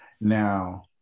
now